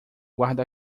guarda